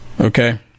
Okay